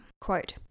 Quote